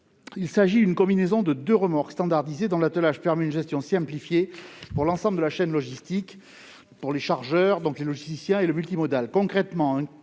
Il s'agit d'une combinaison de deux remorques standardisées dont l'attelage permet une gestion simplifiée pour l'ensemble de la chaîne logistique- chargeurs, logisticiens, multimodal. Concrètement, un